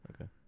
okay